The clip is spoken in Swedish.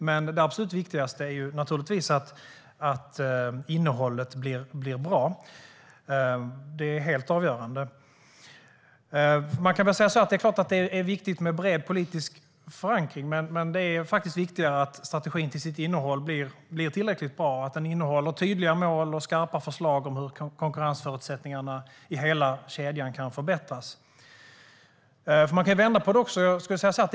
Men det absolut viktigaste är naturligtvis att innehållet blir bra. Det är helt avgörande. Det är klart att det är viktigt med bred politisk förankring, men det är faktiskt viktigare att strategin till sitt innehåll blir tillräckligt bra och att den innehåller tydliga mål och skarpa förslag om hur konkurrensförutsättningarna i hela kedjan kan förbättras. Man kan också vända på det.